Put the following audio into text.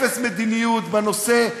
אפס מדיניות בנושא,